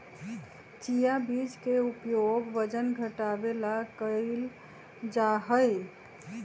chia बीज के उपयोग वजन घटावे ला कइल जाहई